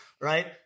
right